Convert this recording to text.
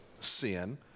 sin